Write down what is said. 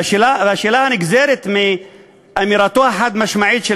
והשאלה הנגזרת מאמירתו החד-משמעית של